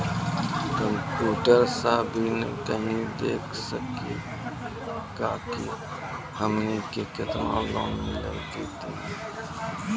Computer सा भी कही देख सकी का की हमनी के केतना लोन मिल जैतिन?